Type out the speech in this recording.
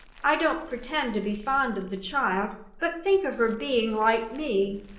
i don't pretend to be fond of the child but think of her being like me!